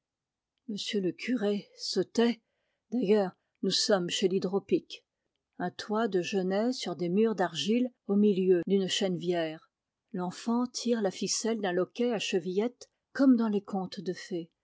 monsieur le curé s se tait d'ailleurs nous sommes chez l'hydropique un toit de genêt sur des murs d'argile au milieu d'une chènevière l'enfant tire la ficelle d'un loquet à chevillette comme dans les contes de fées